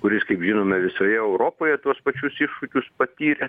kuris kaip žinome visoje europoje tuos pačius iššūkius patyrė